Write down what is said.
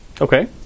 Okay